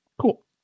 Cool